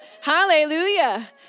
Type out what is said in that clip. Hallelujah